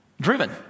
Driven